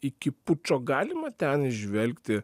iki pučo galima ten įžvelgti